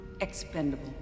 expendable